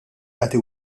tagħti